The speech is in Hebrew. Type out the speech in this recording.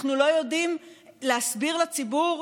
אנחנו לא יודעים להסביר לציבור,